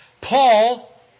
Paul